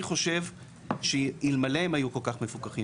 אני חושב שאלמלא הם היו כל כך מפוקחים